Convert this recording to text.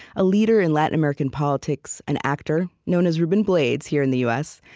a leader in latin american politics, an actor known as ruben blades here in the u s.